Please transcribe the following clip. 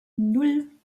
nan